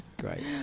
great